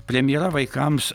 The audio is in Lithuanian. premjera vaikams